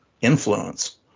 influence